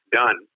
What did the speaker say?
done